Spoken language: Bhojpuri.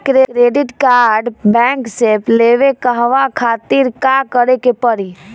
क्रेडिट कार्ड बैंक से लेवे कहवा खातिर का करे के पड़ी?